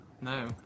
No